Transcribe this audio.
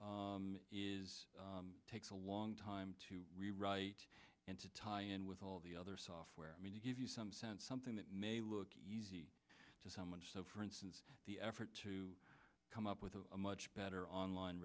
is takes a long time to rewrite and to tie in with all the other software i mean to give you some sense something that may look easy to someone so for instance the effort to come up with a much better online